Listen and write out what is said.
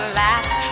last